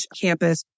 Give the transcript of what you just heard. campus